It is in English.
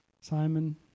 Simon